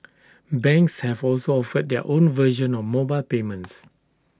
banks have also offered their own version of mobile payments